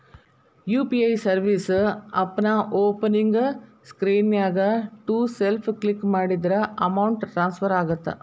UPI service ಆಪ್ನ್ಯಾಓಪನಿಂಗ್ ಸ್ಕ್ರೇನ್ನ್ಯಾಗ to self click ಮಾಡಿದ್ರ ಅಮೌಂಟ್ ಟ್ರಾನ್ಸ್ಫರ್ ಆಗತ್ತ